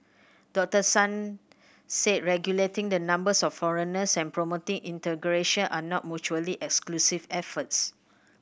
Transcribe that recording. Doctor Tan said regulating the numbers of foreigners and promoting integration are not mutually exclusive efforts